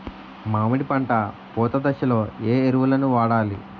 మామిడి పంట పూత దశలో ఏ ఎరువులను వాడాలి?